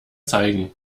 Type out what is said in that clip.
zeigen